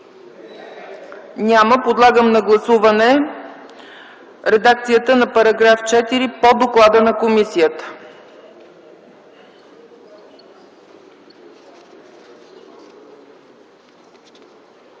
Няма. Подлагам на гласуване редакцията на § 4 по доклада на комисията.